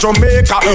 Jamaica